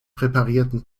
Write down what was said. präparierten